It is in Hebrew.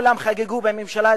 כולם חגגו בממשלה,